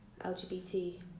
LGBT